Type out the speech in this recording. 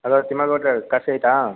hello ತಿಮ್ಮೆಗೌಡರೇ coffee ಆಯಿತಾ